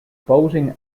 boating